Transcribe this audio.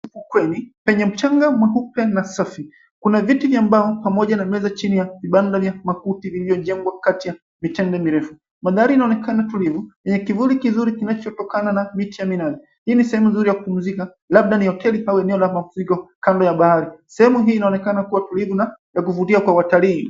...kweli penye mchanga mweupe na safi. Kuna viti vya mbao pamoja na meza chini ya vibanda vya makuti vilivyojengwa kati ya mitende mirefu. Mandhari inaonekana tulivu yenye kivuli kizuri kinachotokana na miti ya minazi. Hii ni sehemu nzuri ya kupumzika, labda ni hoteli au eneo la mapumziko kando ya bahari. Sehemu hii inaonekana kuwa tulivu na ya kuvutia kwa watalii.